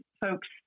folks